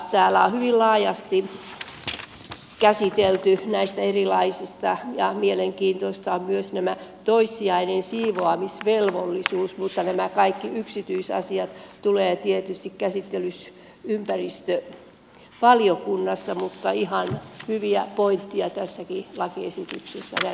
täällä on hyvin laajasti käsitelty näitä erilaisia asioita ja mielenkiintoinen on myös tämä toissijainen siivoamisvelvollisuus mutta nämä kaikki yksityiskohdat tulevat tietysti käsitellyiksi ympäristövaliokunnassa mutta ihan hyviä pointteja tässäkin lakiesityksessä